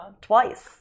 twice